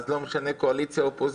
אז לא משנה קואליציה-אופוזיציה,